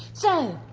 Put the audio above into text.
so,